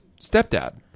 stepdad